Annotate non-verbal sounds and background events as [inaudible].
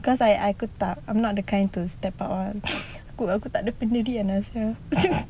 cause like aku tak I'm not the kind to step up lah aku aku tiada pendirian lah sia [laughs]